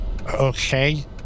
Okay